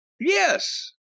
Yes